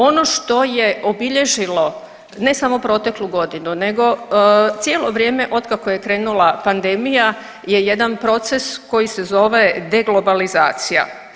Ono što je obilježilo ne samo proteklu godinu nego cijelo vrijeme od kako je krenula pandemija je jedan proces koji se zove de globalizacija.